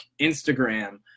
Instagram